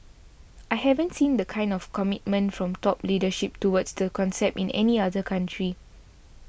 I haven't seen the kind of commitment from top leadership towards the concept in any other country